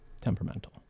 temperamental